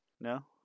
No